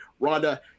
Rhonda